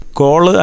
call